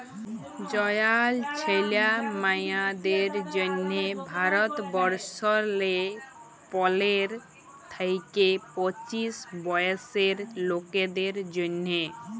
জয়াল ছিলা মিঁয়াদের জ্যনহে ভারতবর্ষলে পলের থ্যাইকে পঁচিশ বয়েসের লকদের জ্যনহে